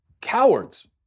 Cowards